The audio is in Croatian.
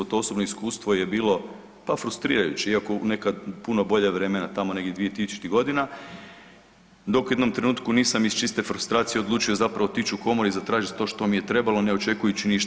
To osobno iskustvo je bilo pa frustrirajuće, iako nekad u puno bolja vremena tamo negdje dvije tisućitih godina dok u jednom trenutku nisam iz čiste frustracije odlučio zapravo otići u komoru i zatražiti to što mi je trebalo ne očekujući ništa.